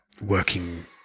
working